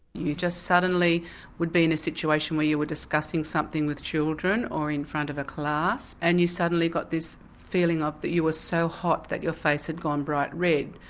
you just suddenly would be in a situation where you were discussing something with children or in front of a class and you suddenly got this feeling that you were so hot that your face had gone bright red.